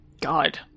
God